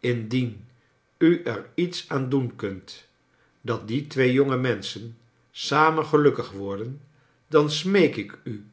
indien u er iets aan doen kunt dat die twee jonge menschen samen gelukkig worden dan smeek ik n